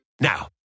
Now